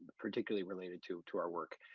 particularly related to to our work.